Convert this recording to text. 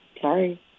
Sorry